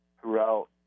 throughout